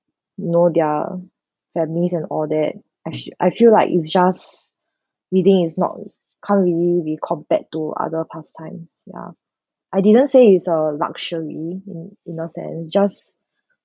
you know their families and all that actually I feel like if just reading is not uh can't really be compared to other pastimes ya I didn't say is a luxury you know did not say any just